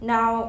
Now